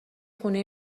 خونه